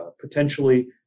potentially